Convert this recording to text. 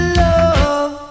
love